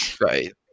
right